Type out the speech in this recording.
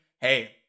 hey